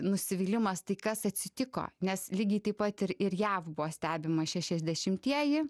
nusivylimas tai kas atsitiko nes lygiai taip pat ir ir jav buvo stebima šešiasdešimtieji